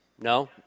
No